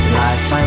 life